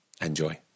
Enjoy